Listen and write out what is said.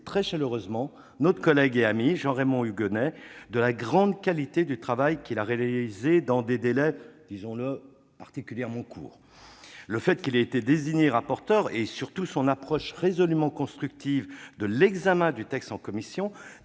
très chaleureusement notre collègue et ami Jean-Raymond Hugonet pour le travail de grande qualité qu'il a réalisé dans des délais, disons-le, particulièrement courts. Le fait qu'il ait été désigné rapporteur et, surtout, son approche résolument constructive de l'examen du texte en commission